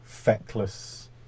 feckless